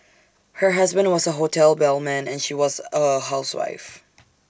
her husband was A hotel bellman and she was A housewife